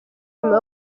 nyuma